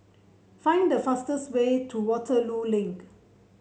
find the fastest way to Waterloo Link